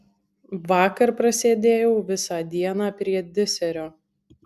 vakar prasėdėjau visą dieną prie diserio